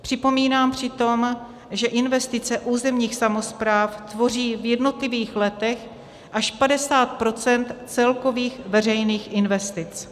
Připomínám přitom, že investice územních samospráv tvoří v jednotlivých letech až 50 % z celkových veřejných investic.